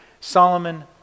solomon